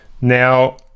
Now